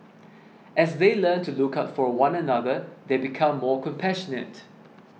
as they learn to look out for one another they become more compassionate